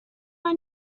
mae